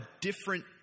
different